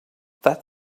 that